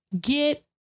get